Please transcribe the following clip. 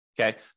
Okay